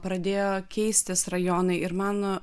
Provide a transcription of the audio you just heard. pradėjo keistis rajonai ir man